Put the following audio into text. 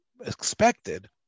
expected